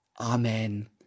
Amen